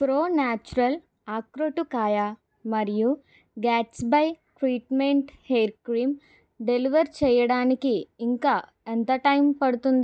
pro natural అక్రోటు కాయ మరియు గాట్స్బయి ట్రీట్మెంట్ హెయిర్ క్రీం డెలివర్ చేయడానికి ఇంకా ఎంత టైం పడుతుంది